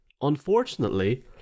unfortunately